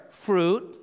fruit